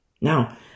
Now